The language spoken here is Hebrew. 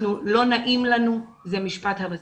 לא נעים לנו, זה משפט הבסיס.